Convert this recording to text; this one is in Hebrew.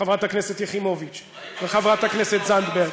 חברת הכנסת יחימוביץ וחברת הכנסת זנדברג.